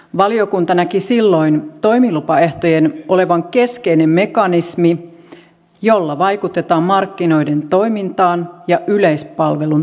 valiokunta näki silloin toimilupaehtojen olevan keskeinen mekanismi jolla vaikutetaan markkinoiden toimintaan ja yleispalvelun turvaamiseen